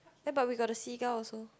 ya but we got the seagull also